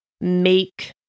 make